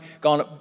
gone